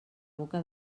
boca